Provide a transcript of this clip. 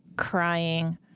crying